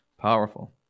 Powerful